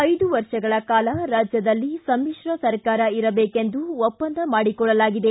ಐದು ವರ್ಷಗಳ ಕಾಲ ರಾಜ್ಯದಲ್ಲಿ ಸಮಿತ್ರ ಸರ್ಕಾರ ಇರಬೇಕೆಂದು ಒಪ್ಪಂದ ಮಾಡಿಕೊಳ್ಳಲಾಗಿದೆ